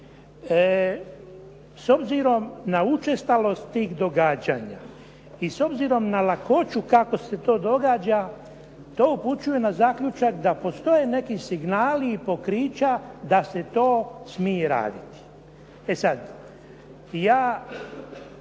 S obzirom na učestalost tih događanja i s obzirom na lakoću kako se to događa to upućuje na zaključak da postoje neki signali i pokrića da se to smije raditi. E sad, ja